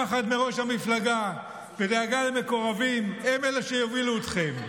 פחד מראש המפלגה ודאגה למקורבים הם אלה שיובילו אתכם,